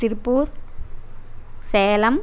Tiruppur Salem